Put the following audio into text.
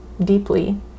deeply